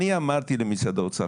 אני אמרתי למשרד האוצר,